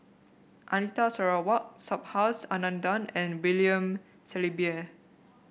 Anita Sarawak Subhas Anandan and William Shellabear